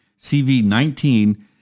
CV-19